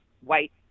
white